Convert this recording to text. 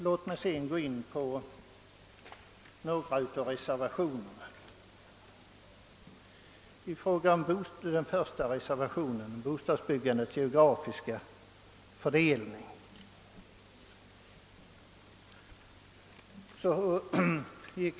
Låt mig sedan beröra några av reservationerna. Herr Bergman gick mycket hårt fram mot reservationen 1 som gäller bostadsbyggandets geografiska fördelning.